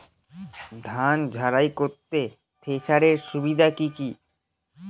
ধান ঝারাই করতে থেসারের সুবিধা কি কি?